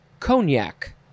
Cognac